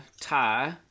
tie